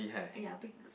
!aiya! big